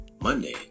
Monday